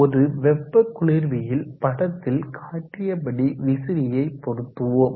ஒரு வெப்ப குளிர்வியில் படத்தில் காட்டியபடி விசிறியை பொருத்துவோம்